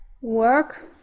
work